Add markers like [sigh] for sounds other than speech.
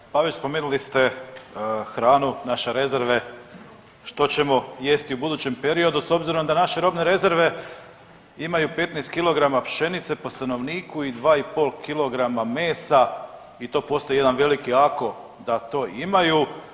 Poštovani kolega. ... [unintelligible] spomenuli ste hranu, naše rezerve, što ćemo jesti u budućem periodu s obzirom da naše robne rezerve imaju 15 kg pšenice po stanovniku i 2,5 kg mesa i to postoji jedan veliki ako, da to imaju.